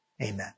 amen